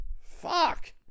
Fuck